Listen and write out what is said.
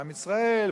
עם ישראל,